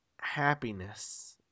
happiness